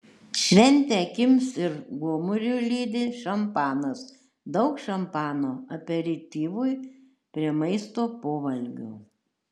šventę akims ir gomuriui lydi šampanas daug šampano aperityvui prie maisto po valgio